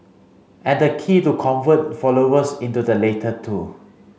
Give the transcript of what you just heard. and the key to convert followers into the latter two